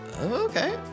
okay